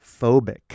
phobic